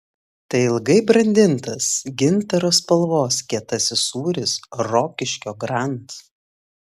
tai ilgai brandintas gintaro spalvos kietasis sūris rokiškio grand